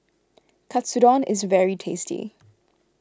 Katsudon is very tasty